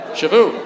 Shavu